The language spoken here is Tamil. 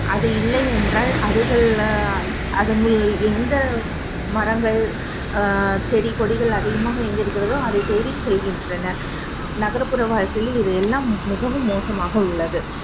அது இல்லை என்றால் அதுகள்ல அதுங்கள் எங்கே மரங்கள் செடி கொடிகள் அதிகமாக எங்கே இருக்கிறதோ அதை தேடி செல்கின்றன நகர்ப்புற வாழ்க்கையில் இது எல்லாம் மிகவும் மோசமாக உள்ளது